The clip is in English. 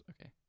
okay